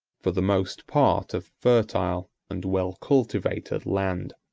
for the most part of fertile and well-cultivated land.